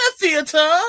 Theater